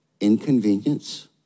inconvenience